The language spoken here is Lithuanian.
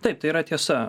taip tai yra tiesa